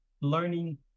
learning